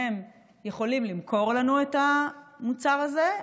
בדיוק כמו שהם יכולים למכור לנו את המוצר הזה,